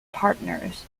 partners